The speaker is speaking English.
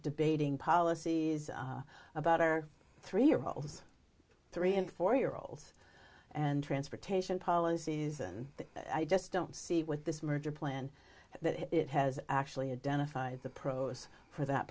debating policies about our three year olds three and four year olds and transportation policies and i just don't see with this merger plan that it has actually identified the pros for that